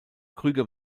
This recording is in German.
krüger